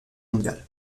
mondial